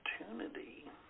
opportunity